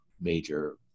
major